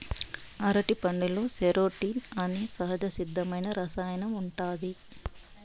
అరటిపండులో సెరోటోనిన్ అనే సహజసిద్ధమైన రసాయనం ఉంటాది